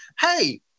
hey